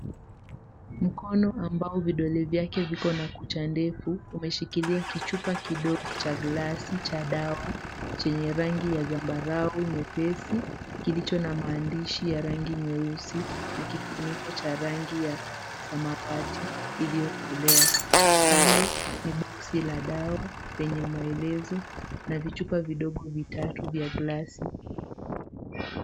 Mkono ambao vidole vyake viko na kucha ndefu umeshikilia kichupa kidogo cha glasi cha dawa chenye rangi ya zambarau nyepesi kilicho na maandishi ya rangi nyeusi na kifuniko cha rangi ya samawati iliyokolea. Kando ni boksi la dawa lenye maelezo na vichupa vidogo vitatu vya glasi.